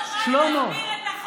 אתם מסוגלים להקשיב?